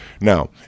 Now